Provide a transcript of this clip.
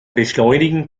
beschleunigen